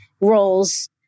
roles